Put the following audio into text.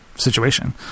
situation